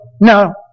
no